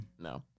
No